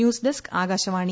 news desk Akashvani